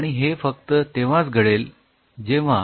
आणि हे फक्त तेव्हाच घडेल जेव्हा